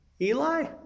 Eli